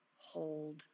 hold